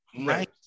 Right